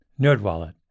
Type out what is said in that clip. NerdWallet